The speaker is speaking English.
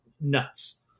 nuts